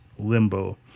Limbo